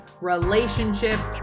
relationships